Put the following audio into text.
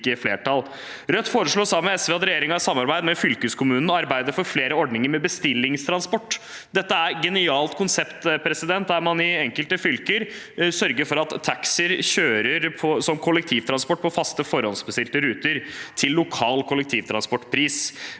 flertall. Rødt foreslår sammen med SV at regjeringen samarbeider med fylkeskommunene om arbeidet for flere ordninger med bestillingstransport. Dette er et genialt konsept: I enkelte fylker sørger man for at taxier kjører som kollektivtransport på faste forhåndsbestilte ruter til lokal kollektivtransportpris.